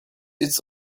its